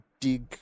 dig